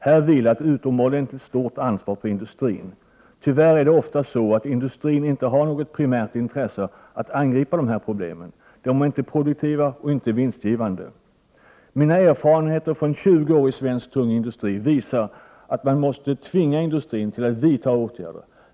Här vilar ett utomordentligt stort ansvar på industrin. Tyvärr är det ofta så att industrin inte har något primärt intresse att angripa dessa problem — de är inte produktiva och vinstgivande. Mina erfarenheter från 20 år i svensk tung industri visar att man måste tvinga industrin till att vidta åtgärder.